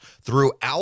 throughout